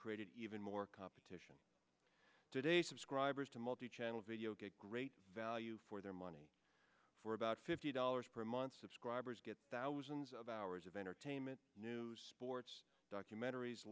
created even more competition today subscribers to multichannel video get great value for their money for about fifty dollars per month subscribers get thousands of hours of entertainment news boards documentaries